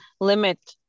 limit